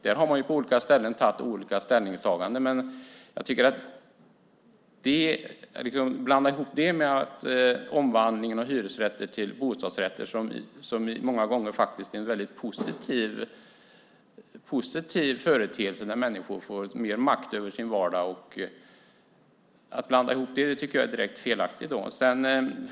Där har man på olika ställen gjort olika ställningstaganden. Omvandlingen av hyresrätter till bostadsrätter är faktiskt många gånger en väldigt positiv företeelse när människor får mer makt över sin vardag. Att blanda ihop det här tycker jag är direkt felaktigt.